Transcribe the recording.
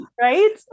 right